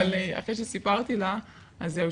אבל אחרי שסיפרתי לה אז זהו,